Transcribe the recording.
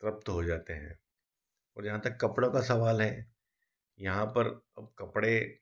तृप्त हो जाते हैं जहाँ तक कपड़ों का सवाल है यहाँ पर कपड़े